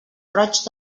roig